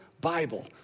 Bible